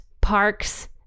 parks